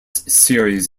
series